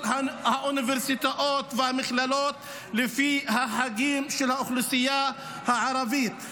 האוניברסיטאות והמכללות לפי החגים של האוכלוסייה הערבית.